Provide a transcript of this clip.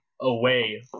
away